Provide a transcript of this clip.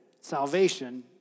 salvation